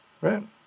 right